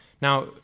now